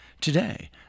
Today